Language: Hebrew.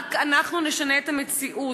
רק אנחנו נשנה את המציאות.